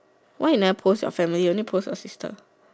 why you never post your family only post your sister